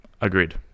Agreed